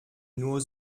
nur